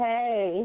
Hey